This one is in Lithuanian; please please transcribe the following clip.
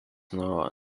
nuo